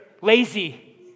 lazy